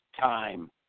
time